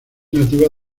nativa